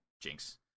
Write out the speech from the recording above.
Jinx